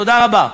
תודה רבה.